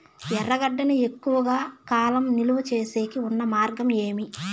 ఎర్రగడ్డ ను ఎక్కువగా కాలం నిలువ సేసేకి ఉన్న మార్గం ఏమి?